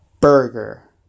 burger